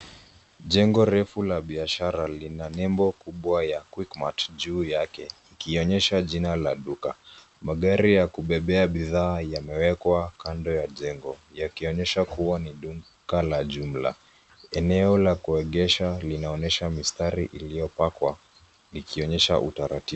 Jengo refu la biashara lina nembo kubwa ya Quickmart juu yake ikionyeaha jina la duka. Magari ya kubebea bidhaa yamewekwa kando ya jengo yakionyesha kuwa ni duka la jumla. Eneo ya kuegesha linaonyesha mistari iliyopakwa kionyesha utaratibu.